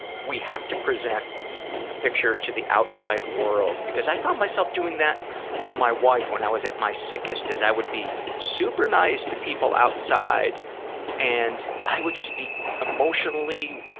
we have to present a picture to the outside world, because i found myself doing that to my wife when i was at my sickest, is i would be super nice to people outside and i would just be emotionally